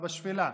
בשפלה.